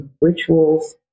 rituals